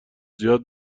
زیاد